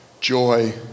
joy